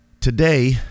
Today